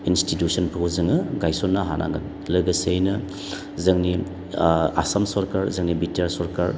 इन्सटिटिउसनफोरखौ जोङो गायसननो हानांगोन लोगोसेयैनो जोंनि आसाम सोरखार जोंनि बि टि आर सोरखार